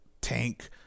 Tank